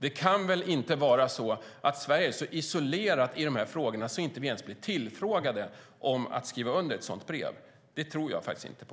Det kan väl inte vara så att Sverige är så isolerat i de här frågorna att vi inte ens blir tillfrågade om att skriva under ett sådant brev? Det tror jag faktiskt inte på.